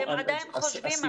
אתם עדיין חושבים.